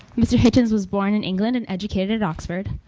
mr. hitchens was born in england, and educated at oxford.